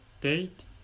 date